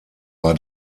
war